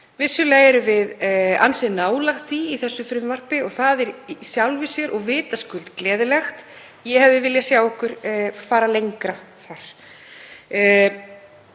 Vissulega erum við ansi nálægt því í þessu frumvarpi og það er í sjálfu sér og vitaskuld gleðilegt. Ég hefði viljað sjá okkur ganga lengra þar.